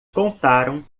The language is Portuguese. contaram